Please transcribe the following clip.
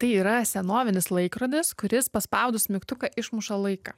tai yra senovinis laikrodis kuris paspaudus mygtuką išmuša laiką